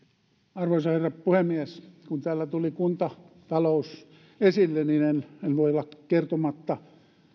arvoisa herra puhemies kun täällä tuli kuntatalous esille niin en voi olla kertomatta